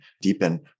deepen